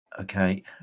Okay